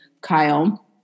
Kyle